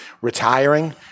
retiring